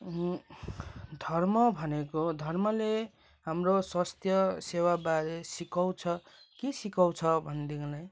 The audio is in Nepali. धर्म भनेको धर्मले हाम्रो स्वस्थ्य सेवा बारे सिकाउँछ के सिकाउँछ भनेदेखिलाई